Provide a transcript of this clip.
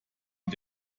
mit